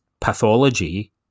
pathology